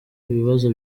ibibazo